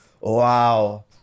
Wow